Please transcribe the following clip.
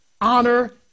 honor